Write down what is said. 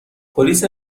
پلیس